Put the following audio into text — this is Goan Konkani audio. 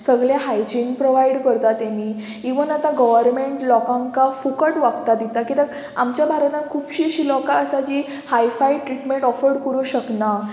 सगले हायजीन प्रोवायड करता तेमी इवन आतां गोवोरमेंट लोकांका फुकट वखदां दिता कित्याक आमच्या भारतान खुबशीं अशीं लोकां आसा जी हाय फाय ट्रिटमेंट अफोर्ड करूं शकना